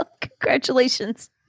Congratulations